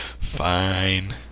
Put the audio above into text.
Fine